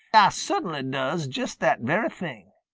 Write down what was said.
ah cert'nly does just that very thing.